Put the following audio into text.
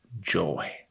joy